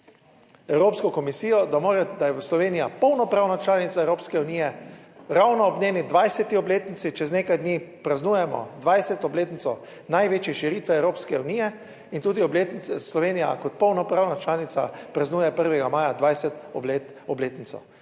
evropsko komisijo, da je Slovenija polnopravna članica Evropske unije ravno ob njeni 20. obletnici. čez nekaj dni praznujemo 20. obletnico največje širitve Evropske unije in tudi obletnice Slovenija kot polnopravna članica praznuje 1. maja 20. obletnico.